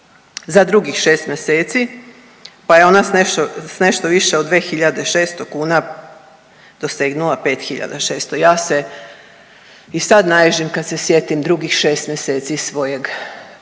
za drugih 6 mjeseci pa je onda s nešto više od 2 600 kuna dosegnula 5 600. Ja se i sad naježim kad se sjetim drugih 6 mjeseci svojeg